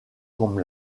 comme